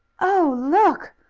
oh, look!